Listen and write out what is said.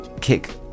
kick